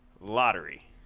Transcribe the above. Lottery